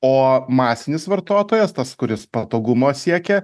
o masinis vartotojas tas kuris patogumo siekia